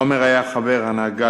עמר היה חבר הנהגה,